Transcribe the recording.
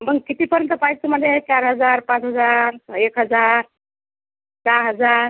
मग कितीपर्यंत पाहिजे तुम्हाला चार हजार पाच हजार एक हजार दहा हजार